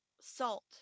salt